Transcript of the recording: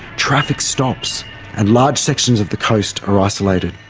traffic stops and large sections of the coast are ah isolated.